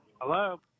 Hello